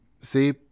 see